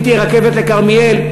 אם תהיה רכבת לכרמיאל,